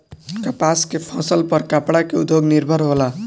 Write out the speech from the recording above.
कपास के फसल पर कपड़ा के उद्योग निर्भर होला